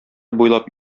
буйлап